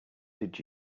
did